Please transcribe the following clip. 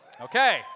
Okay